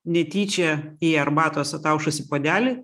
netyčia į arbatos ataušusį puodelį